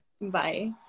Bye